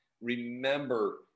remember